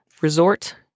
resort